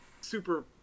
super